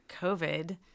COVID